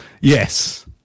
Yes